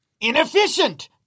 Inefficient